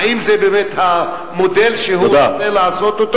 האם זה באמת המודל שהוא רוצה לעשות?